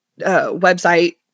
website